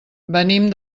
venim